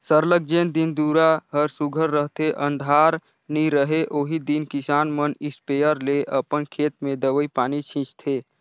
सरलग जेन दिन दुरा हर सुग्घर रहथे अंधार नी रहें ओही दिन किसान मन इस्पेयर ले अपन खेत में दवई पानी छींचथें